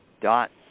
dot